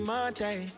Monday